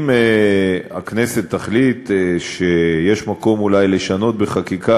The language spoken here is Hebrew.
אם הכנסת תחליט שיש מקום אולי לשנות אותו בחקיקה,